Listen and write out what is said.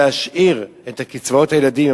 להשאיר את קצבאות הילדים.